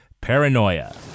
Paranoia